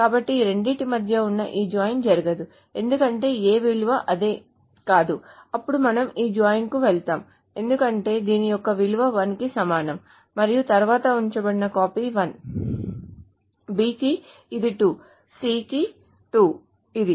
కాబట్టి ఈ రెండింటి మధ్య ఈ జాయిన్ జరగదు ఎందుకంటే A విలువ అదే కాదు అప్పుడు మనము ఈ జాయిన్ కు వెళ్తాము ఎందుకంటే దీని యొక్క విలువ 1 కి సమానం మరియు తరువాత ఉంచబడిన కాపీ 1 B కి ఇది 2 C కొరకు 2 ఇది